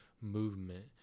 movement